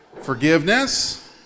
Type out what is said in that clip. forgiveness